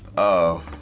oh.